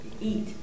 eat